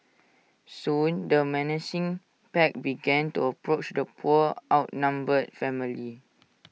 soon the menacing pack began to approach the poor outnumbered family